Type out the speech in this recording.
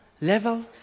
level